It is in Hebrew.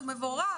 מבורך.